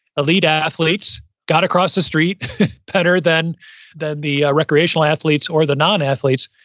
elite athletes got across the street better than than the ah recreational athletes or the non-athletes,